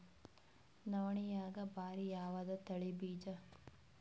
ನವಣಿಯಾಗ ಭಾರಿ ಯಾವದ ತಳಿ ಬೀಜ?